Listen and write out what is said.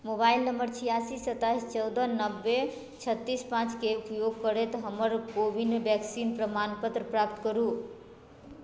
mobile number छिआसी सताइस चौदह नबे छत्तीस पांँच के उपयोग करैत हमर को विन वैक्सीन प्रमाणपत्र प्राप्त करु